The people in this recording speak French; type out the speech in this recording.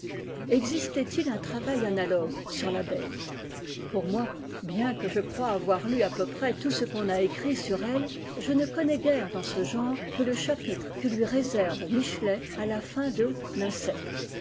existait-il un travail analogue sur l'abeille pour moi bien que je croie avoir lu à peu près tout ce qu'on a écrit sur elle je ne connais guère dans ce genre que le chapitre que lui réserve michelet à la fin de